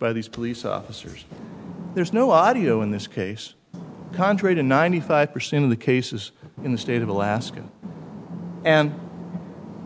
by these police officers there's no audio in this case contrary to ninety five percent of the cases in the state of alaska and